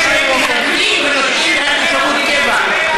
כאילו שאין להם תושבות קבע.